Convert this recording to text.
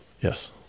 yes